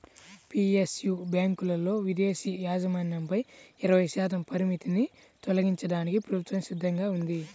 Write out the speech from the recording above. PSU బ్యాంకులలో విదేశీ యాజమాన్యంపై ఇరవై శాతం పరిమితిని తొలగించడానికి ప్రభుత్వం సిద్ధంగా ఉంది